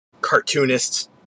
cartoonists